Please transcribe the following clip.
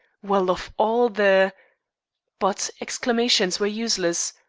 well, of all the but exclamations were useless.